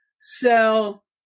sell